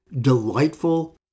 delightful